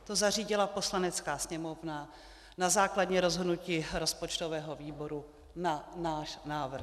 To zařídila Poslanecká sněmovna na základě rozhodnutí rozpočtového výboru na náš návrh.